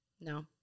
No